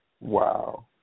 Wow